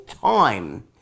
time